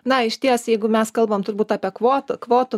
na išties jeigu mes kalbam turbūt apie kvotą kvotų